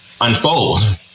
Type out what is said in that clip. unfold